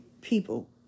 people